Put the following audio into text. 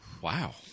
Wow